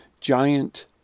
giant